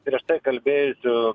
prieš tai kalbėjusių